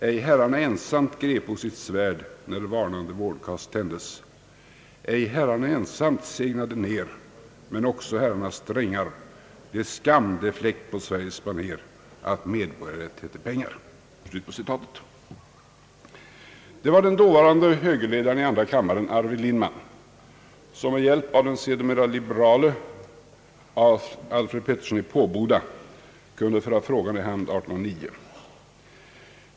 Ej herrarna ensamt grepo sitt svärd, men också herrarnas drängar. Det är skam, det är fläck på Sveriges baner, att medborgarrätt heter pengar.» Det var den dåvarande högerledaren i andra kammaren, Arvid Lindman, som med hjälp av den sedermera liberale Alfred Petersson i Påboda kunde föra frågan i hamn 1907.